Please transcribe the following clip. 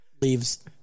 Leaves